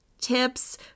Tips